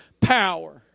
power